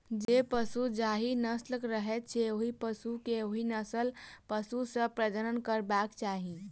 जे पशु जाहि नस्लक रहैत छै, ओहि पशु के ओहि नस्लक पशु सॅ प्रजनन करयबाक चाही